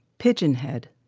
pigeon head.